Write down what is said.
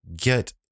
get